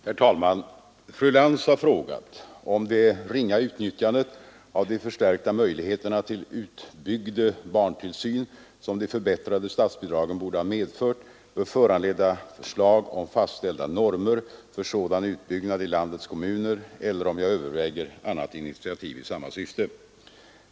Herr talman! Fru Lantz har frågat om det ringa utnyttjandet av de förstärkta möjligheter till utbyggd barntillsyn, som de förbättrade statsbidragen borde ha medfört, bör föranleda förslag om fastställda normer för sådan utbyggnad i landets kommuner, eller om jag överväger annat initiativ i samma syfte.